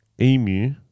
emu